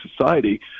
society